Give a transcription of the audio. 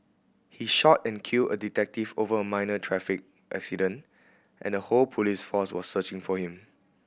he shot and killed a detective over a minor traffic accident and the whole police force was searching for him